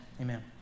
amen